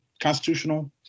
constitutional